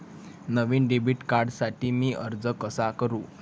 नवीन debit कार्डसाठी मी अर्ज कसा करू?